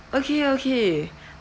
okay okay